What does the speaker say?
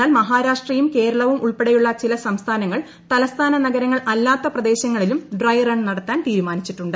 എന്നാൽ മഹാരാഷ്ട്രയും കേരളവും ഉൾപ്പടെയുള്ള ചില സംസ്ഥാനങ്ങൾ തലസ്ഥാന നഗരങ്ങൾ അല്ലാത്ത പ്രദേശങ്ങളിലും ഡ്രെ റൺ നടത്താൻ തീരുമാനിച്ചിട്ടുണ്ട്